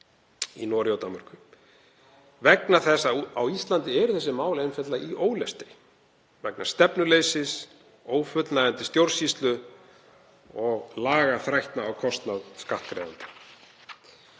í Noregi og Danmörku vegna þess að á Íslandi eru þessi mál einfaldlega í ólestri vegna stefnuleysis, ófullnægjandi stjórnsýslu og lagaþrætna á kostnað skattgreiðenda.